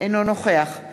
נגד